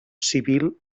civil